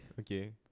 Okay